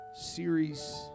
series